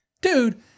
Dude